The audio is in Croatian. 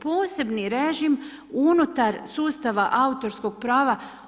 Posebni režim unutar sustava autorskog prava.